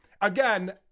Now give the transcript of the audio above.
Again